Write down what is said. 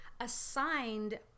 assigned